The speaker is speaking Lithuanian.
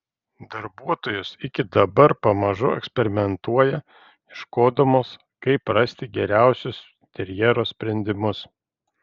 darbuotojos iki dabar pamažu eksperimentuoja ieškodamos kaip rasti geriausius interjero sprendimus